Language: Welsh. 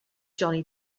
johnny